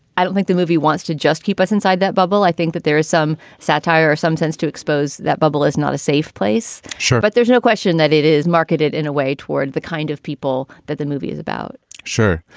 i don't think the movie wants to just keep us inside that bubble. i think that there is some satire, some sense to expose that bubble is not a safe place. sure. but there's no question that it is marketed in a way toward the kind of people that the movie is about sure.